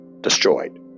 destroyed